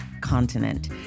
continent